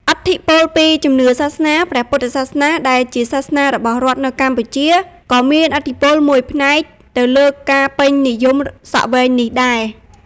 ឥទ្ធិពលពីជំនឿសាសនា ព្រះពុទ្ធសាសនា ដែលជាសាសនារបស់រដ្ឋនៅកម្ពុជា ក៏មានឥទ្ធិពលមួយផ្នែកទៅលើការពេញនិយមសក់វែងនេះដែរ។